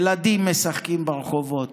וילדים משחקים ברחובות,